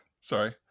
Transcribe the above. Sorry